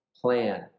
plan